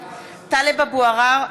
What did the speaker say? (קוראת בשמות חברי הכנסת) טלב אבו עראר,